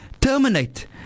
terminate